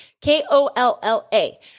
K-O-L-L-A